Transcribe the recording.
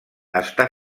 està